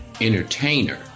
entertainer